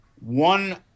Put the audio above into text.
one